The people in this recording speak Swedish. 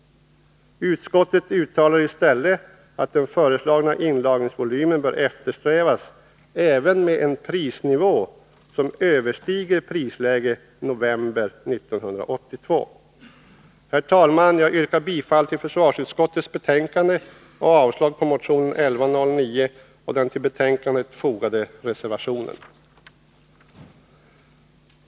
Utskottet uttalar i stället att den föreslagna inlagringsvolymen bör eftersträvas även med en prisnivå som överstiger prisläget i november 1982. Herr talman! Jag yrkar bifall till försvarsutskottets betänkande och avslag på motion 1109 och på den till betänkandet fogade reservationen.